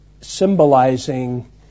symbolizing